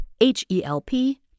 H-E-L-P